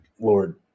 Lord